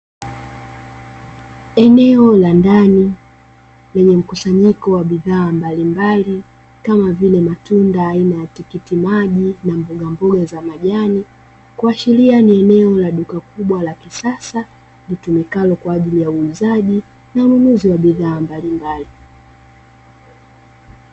Eneo la ndani lenye mkusanyiko wa bidhaa mbalimbali kama vile matunda aina ya tikitiki maji na mbogamboga za majani, kuashiria ni eneo la duka kubwa la kisasa litumikalo kwaajili ya uuzaji na ununuzi wa bidhaa mbalimbali.